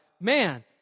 man